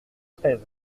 treize